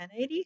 1080